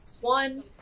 one